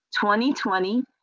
2020